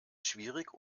schwierig